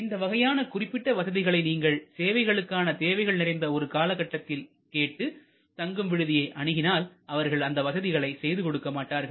இந்த வகையான குறிப்பிட்ட வசதிகளை நீங்கள் சேவைகளுக்கான தேவைகள் நிறைந்த ஒரு காலகட்டத்தில் கேட்டு தங்கும் விடுதியை அணுகினால் அவர்கள் அந்த வசதிகளை செய்து கொடுக்க மாட்டார்கள்